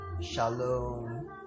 shalom